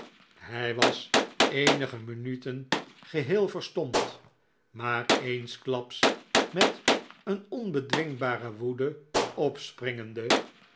hij was eenige minuten geheel verstomd maar eensklaps met een onbedwingbare woede opspringende